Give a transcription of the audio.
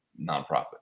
nonprofit